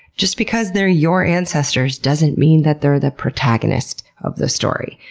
just because they're your ancestors, doesn't mean that they're the protagonist of the story.